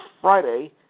Friday